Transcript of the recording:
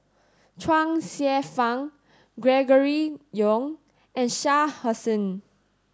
Chuang Hsueh Fang Gregory Yong and Shah Hussain